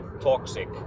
toxic